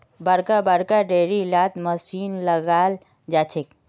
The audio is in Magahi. बड़का बड़का डेयरी लात मशीन लगाल जाछेक